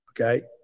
okay